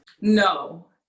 No